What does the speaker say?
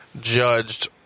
judged